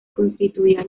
constituía